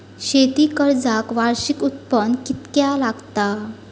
शेती कर्जाक वार्षिक उत्पन्न कितक्या लागता?